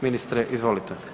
Ministre, izvolite.